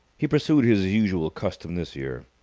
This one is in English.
he pursued his usual custom this year.